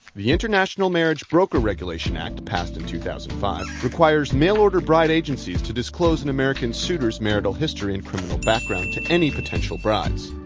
the international marriage broker regulation act, passed in two thousand and five, requires mail-order bride agencies to disclose an american suitor's marital history and criminal background to any potential brides.